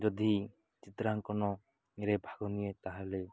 ଯଦି ଚିତ୍ରାଙ୍କନରେ ଭାଗ ନିଏ ତାହେଲେ